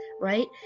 right